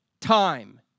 time